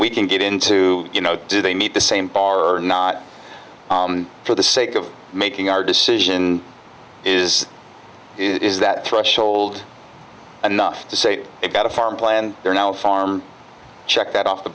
we can get into you know do they meet the same bar or not for the sake of making our decision is it is that threshold enough to say they've got a farm planned there now farm check that off the